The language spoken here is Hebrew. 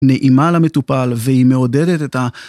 נעימה למטופל והיא מעודדת את ה...